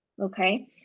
okay